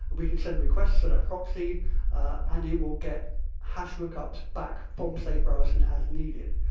but we can send requests to that proxy and it will get hashed lookups back from safe browsing as needed,